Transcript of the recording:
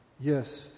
Yes